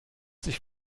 sich